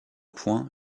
point